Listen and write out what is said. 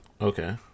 Okay